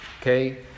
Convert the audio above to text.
Okay